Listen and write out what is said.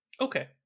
Okay